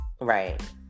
Right